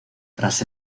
tras